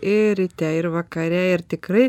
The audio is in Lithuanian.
ir ryte ir vakare ir tikrai